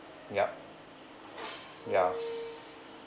yup ya